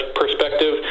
perspective